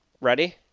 ready